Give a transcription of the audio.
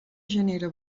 genera